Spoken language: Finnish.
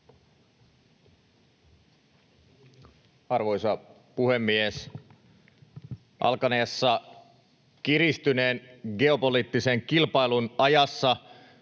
Arvoisa puhemies! Alkaneessa kiristyneen geopoliittisen kilpailun ajassa